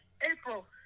April